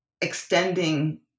extending